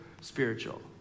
spiritual